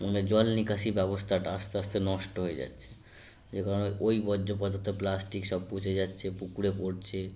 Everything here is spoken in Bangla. মানে জল নিকাশি ব্যবস্থাটা আস্তে আস্তে নষ্ট হয়ে যাচ্ছে যে কারণে ওই বর্জ্য পদার্থ প্লাস্টিক সব পচে যাচ্ছে পুকুরে পড়ছে